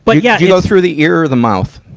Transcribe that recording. but yeah you go through the ear or the mouth?